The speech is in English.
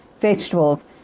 vegetables